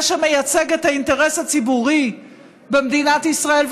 זה שמייצג את האינטרס הציבורי במדינת ישראל,